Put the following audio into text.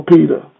Peter